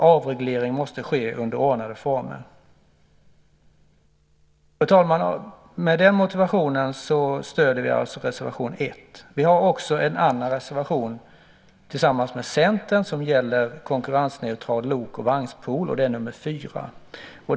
Avreglering måste ske under ordnade former. Fru talman! Med den motiveringen stöder jag reservation 1. Vi har också en reservation tillsammans med Centern som gäller konkurrensneutral lok och vagnpool, och det är nr 4.